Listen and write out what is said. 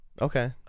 Okay